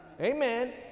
Amen